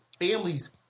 families